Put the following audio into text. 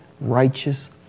righteous